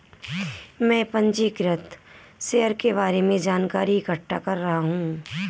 मैं पंजीकृत शेयर के बारे में जानकारी इकट्ठा कर रहा हूँ